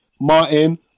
Martin